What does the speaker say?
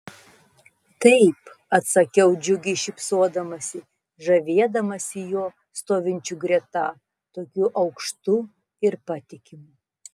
taip atsakiau džiugiai šypsodamasi žavėdamasi juo stovinčiu greta tokiu aukštu ir patikimu